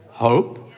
Hope